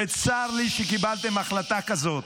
וצר לי שקיבלתם החלטה כזאת.